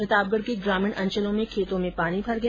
प्रतापगढ के ग्रामीण अंचलों में खेतों में पानी भर गया